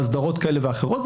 בהסדרות כאלה ואחרות,